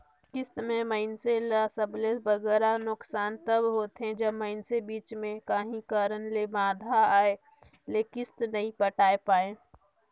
किस्त में मइनसे ल सबले बगरा नोसकान तब होथे जब मइनसे बीच में काहीं कारन ले बांधा आए ले किस्त नी पटाए पाए